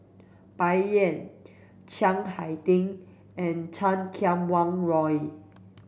Bai Yan Chiang Hai Ding and Chan Kum Wah Roy